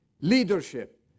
leadership